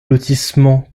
lotissement